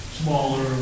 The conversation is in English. smaller